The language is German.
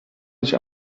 nicht